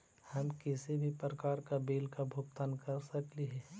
हम किसी भी प्रकार का बिल का भुगतान कर सकली हे?